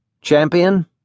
Champion